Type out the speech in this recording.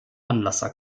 anlasser